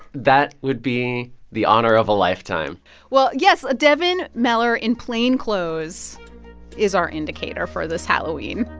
that would be the honor of a lifetime well, yes, devin mellor in plain clothes is our indicator for this halloween.